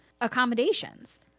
accommodations